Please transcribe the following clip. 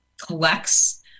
collects